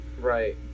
right